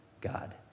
God